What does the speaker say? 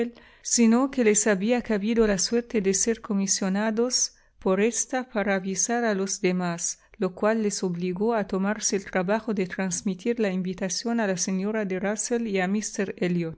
sino que les había cabido la suerte de ser comisionados por ésta para avisar a los demás lo cual les obligó a tomarse el trabajo de transmitir la invitación a la señora